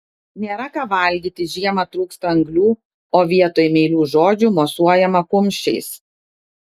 nėra ką valgyti žiemą trūksta anglių o vietoj meilių žodžių mosuojama kumščiais